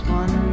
one